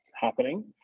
happening